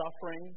suffering